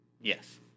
Yes